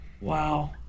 Wow